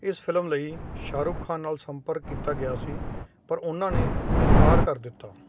ਇਸ ਫ਼ਿਲਮ ਲਈ ਸ਼ਾਹਰੁਖ ਖਾਨ ਨਾਲ ਸੰਪਰਕ ਕੀਤਾ ਗਿਆ ਸੀ ਪਰ ਉਨ੍ਹਾਂ ਨੇ ਇਨਕਾਰ ਕਰ ਦਿੱਤਾ